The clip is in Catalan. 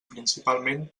principalment